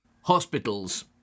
Hospitals